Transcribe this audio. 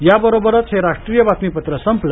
याबरोबरच हे राष्ट्रीय बातमीपत्र संपलं